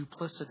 duplicitous